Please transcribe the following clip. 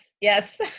Yes